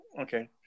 Okay